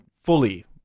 fully